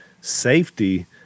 safety